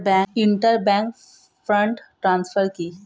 Inter bank fund transfer কি?